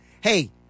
hey